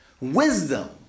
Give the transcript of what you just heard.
wisdom